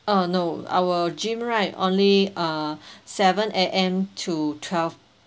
oh no our gym right only uh seven A_M to twelve